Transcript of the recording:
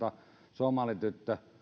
somalityttö